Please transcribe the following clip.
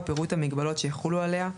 ופירוט המגבלות שיחולו עליה,